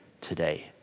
today